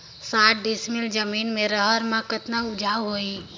साठ डिसमिल जमीन म रहर म कतका उपजाऊ होही?